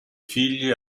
figli